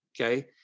okay